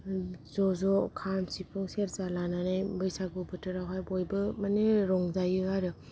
ज' ज' खाम सिफुं सेरजा लानानै बैसागु बोथोरावहाय बयबो माने रंजायो आरो